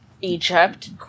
Egypt